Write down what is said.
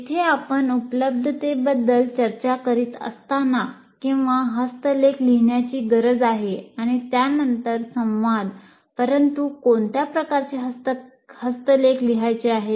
येथे आपण उपलब्धतेबद्दल चर्चा करीत असताना किंवा हस्तलेख लिहिण्याची गरज आहे आणि त्यानंतर संवाद परंतु कोणत्या प्रकारचे हस्तलेख लिहायचे आहे